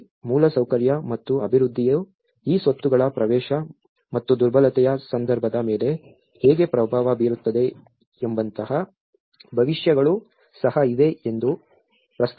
ಮೂಲಸೌಕರ್ಯ ಮತ್ತು ಅಭಿವೃದ್ಧಿಯು ಈ ಸ್ವತ್ತುಗಳ ಪ್ರವೇಶ ಮತ್ತು ದುರ್ಬಲತೆಯ ಸಂದರ್ಭದ ಮೇಲೆ ಹೇಗೆ ಪ್ರಭಾವ ಬೀರುತ್ತದೆ ಎಂಬಂತಹ ಭವಿಷ್ಯಗಳು ಸಹ ಇವೆ ಎಂದು ಪ್ರಸ್ತಾಪಿಸಿ